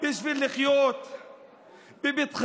בשביל לחיות בבטחה,